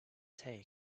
take